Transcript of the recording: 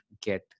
get